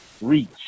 reach